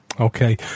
Okay